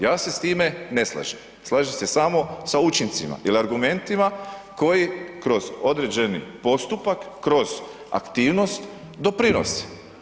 Ja se s time ne slažem, slažem se samo sa učincima ili argumentima koji kroz određeni postupak, kroz aktivnost doprinose.